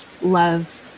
love